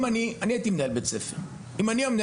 אני ניהלתי בית ספר אז אני יודע במה מדובר.